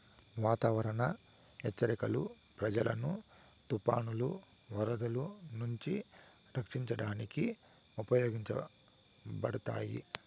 వాతావరణ హెచ్చరికలు ప్రజలను తుఫానులు, వరదలు నుంచి రక్షించడానికి ఉపయోగించబడతాయి